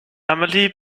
amelie